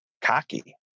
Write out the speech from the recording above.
cocky